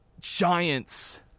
giants –